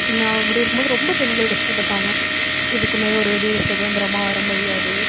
நான் அப்படி இருக்கும்போது ரொம்ப பெண்கள் கஷ்டப்பட்டாங்க எதுக்குமே ஒரு வெளியில் சுதந்திரமாக வர முடியாது